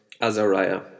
Azariah